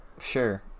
Sure